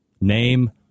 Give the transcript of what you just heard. Name